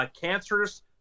cancers